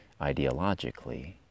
ideologically